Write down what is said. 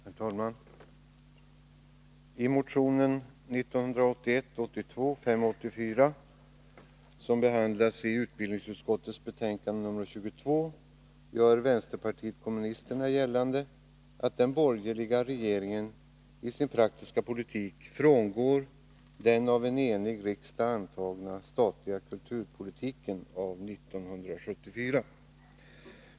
Herr talman! I motion 1981/82:584, som behandlas i utbildningsutskottets betänkande nr 22, gör vpk gällande att den borgerliga regeringen i sin praktiska politik frångår den av en enig riksdag antagna statliga kulturpolitiken av 1974.